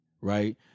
right